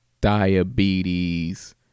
diabetes